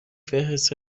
فهرست